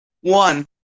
One